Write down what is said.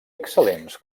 excel·lents